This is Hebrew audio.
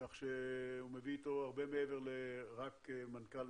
כך שהוא מביא איתו הרבה מעבר לרק מנכ"ל,